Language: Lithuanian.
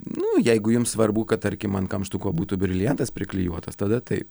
nu jeigu jums svarbu kad tarkim ant kamštuko būtų briliantas priklijuotas tada taip